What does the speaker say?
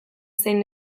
zein